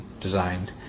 designed